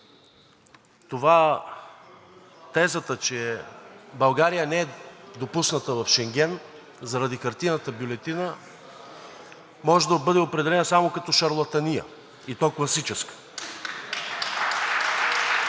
тезата, че България не е допусната в Шенген заради хартиената бюлетина, може да бъде определена само като шарлатания, и то класическа.